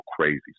crazy